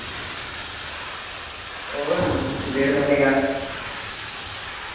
ᱳᱭ ᱰᱮᱲ ᱢᱟᱭᱱᱮ ᱜᱟᱱ